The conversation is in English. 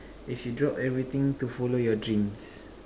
if you drop everything to follow your dreams